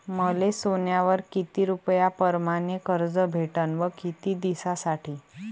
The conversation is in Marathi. मले सोन्यावर किती रुपया परमाने कर्ज भेटन व किती दिसासाठी?